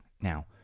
now